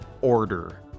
order